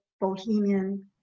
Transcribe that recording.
bohemian